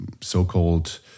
so-called